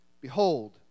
behold